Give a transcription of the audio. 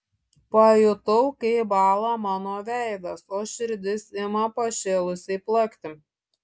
pajutau kaip bąla mano veidas o širdis ima pašėlusiai plakti